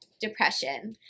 depression